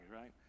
right